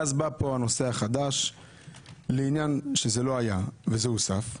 ואז בא פה הנושא החדש לעניין שזה לא היה וזה הוסף,